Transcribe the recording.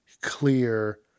clear